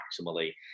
maximally